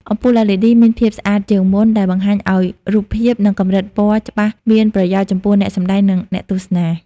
អំពូល LED មានភាពស្អាតជាងមុនដែលបង្ហាញឲ្យរូបភាពនិងកម្រិតពណ៌ច្បាស់មានប្រយោជន៍ចំពោះអ្នកសម្តែងនិងអ្នកទស្សនា។